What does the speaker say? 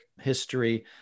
history